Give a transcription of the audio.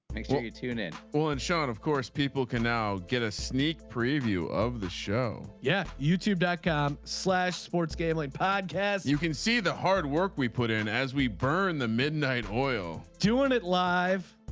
thanks. want me to tune in. oh and sharon of course people can now get a sneak preview of the show. yeah youtube dot com slash sports gambling podcast. you can see the hard work we put in as we burn the midnight oil doing it live